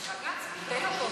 ובג"ץ ביטל אותו.